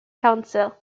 council